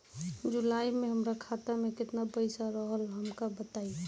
जुलाई में हमरा खाता में केतना पईसा रहल हमका बताई?